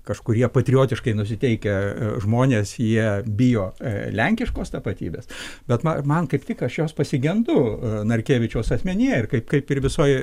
kažkurie patriotiškai nusiteikę žmonės jie bijo lenkiškos tapatybės bet ma man kaip tik aš jos pasigendu narkevičiaus asmenyje ir kaip kaip ir visoj